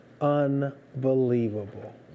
Unbelievable